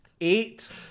Eight